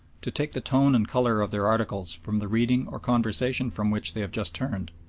to take the tone and colour of their articles from the reading or conversation from which they have just turned.